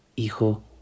hijo